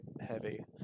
heavy